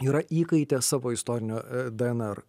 yra įkaitė savo istorinio dnr